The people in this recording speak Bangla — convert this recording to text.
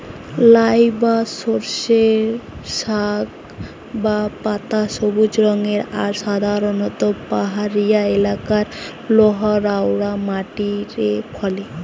লাই বা সর্ষের শাক বা পাতা সবুজ রঙের আর সাধারণত পাহাড়িয়া এলাকারে লহা রওয়া মাটিরে ফলে